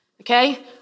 okay